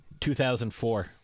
2004